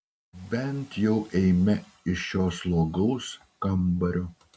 bent jau eime iš šio slogaus kambario